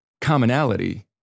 commonality